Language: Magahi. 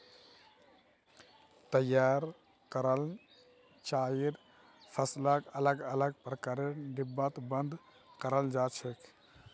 तैयार कराल चाइर फसलक अलग अलग प्रकारेर डिब्बात बंद कराल जा छेक